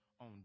on